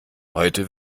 heute